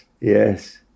yes